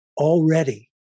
already